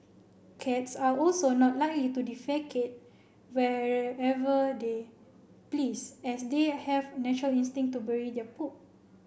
cats are also not likely to defecate wherever they please as they are have natural instinct to bury their poop